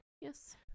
Yes